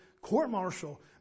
court-martial